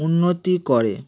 উন্নতি করে